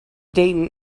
dayton